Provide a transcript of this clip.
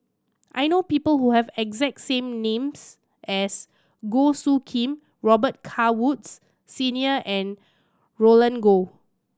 I know people who have exact same names as Goh Soo Khim Robet Carr Woods Senior and Roland Goh